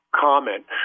comment